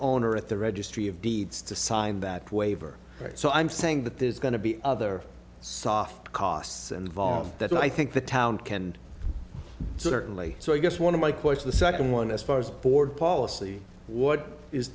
owner at the registry of deeds to sign that waiver so i'm saying that there's going to be other soft costs involved that i think the town can certainly so i guess one of my question the second one as far as board policy what is